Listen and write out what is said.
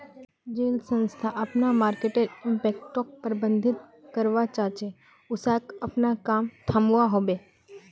जेल संस्था अपना मर्केटर इम्पैक्टोक प्रबधित करवा चाह्चे उसाक अपना काम थम्वा होबे